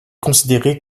considérée